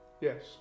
Yes